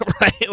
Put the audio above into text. Right